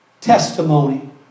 testimony